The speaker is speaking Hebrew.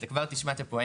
אתה כבר תשמע את הפואנטה.